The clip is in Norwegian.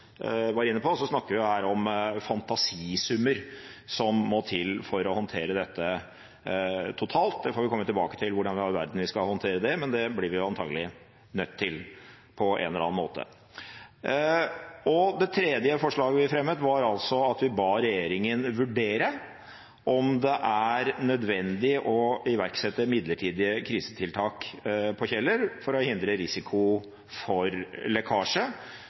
var inne på, snakker vi her om fantasisummer som må til for å håndtere dette totalt. Vi får komme tilbake til hvordan i all verden vi skal håndtere det, men det blir vi antakelig nødt til på en eller annen måte. Det tredje forslaget vi har fremmet, er at vi ber regjeringen vurdere om det er nødvendig å iverksette midlertidige krisetiltak på Kjeller for å hindre risiko for lekkasje